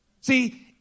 See